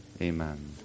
amen